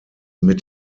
mit